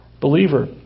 believer